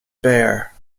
bear